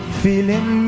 feeling